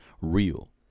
real